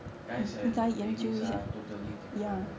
guys and ladies ah totally different ah